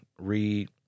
read